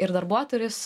ir darbuotojus